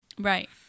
Right